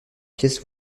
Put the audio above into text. pièce